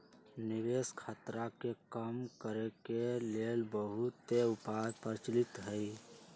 निवेश खतरा के कम करेके के लेल बहुते उपाय प्रचलित हइ